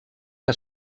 que